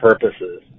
purposes